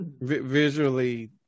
visually